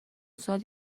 سال